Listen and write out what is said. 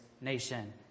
nation